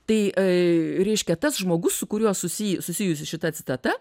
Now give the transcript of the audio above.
tai reiškia tas žmogus su kuriuo susi susijusi šita citata